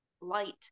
light